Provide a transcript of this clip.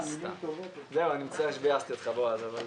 תודה רבה.